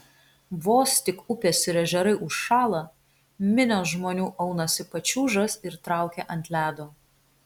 vos tik upės ir ežerai užšąla minios žmonių aunasi pačiūžas ir traukia ant ledo